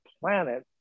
planet